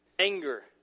Anger